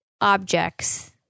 objects